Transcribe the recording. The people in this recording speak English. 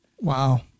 wow